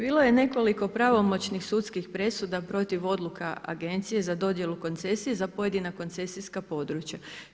Bilo je nekoliko pravomoćnih sudskih presuda protiv odluka Agencije za dodjelu koncesije, za pojedina koncesijska područja.